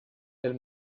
pel